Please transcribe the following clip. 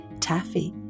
Taffy